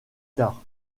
tard